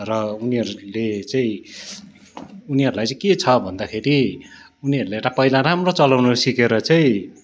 र उनीहरूले चाहिँ उनीहरूलाई चाहिँ के छ भन्दाखेरि उनीहरूले त पहिला राम्रो चलाउनु सिकेर चाहिँ